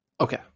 Okay